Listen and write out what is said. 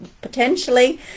potentially